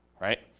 right